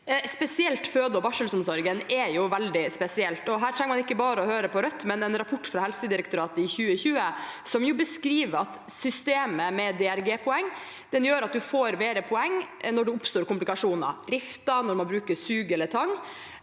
Spesielt føde- og barselomsorgen er veldig spesiell, og her trenger man ikke bare å høre på Rødt. En rapport fra Helsedirektoratet i 2020 beskriver at systemet med DRG-poeng gjør at man får bedre poengsum når det oppstår komplikasjoner, rifter når man bruker sug eller tang,